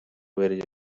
with